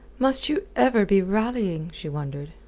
must you ever be rallying? she wondered,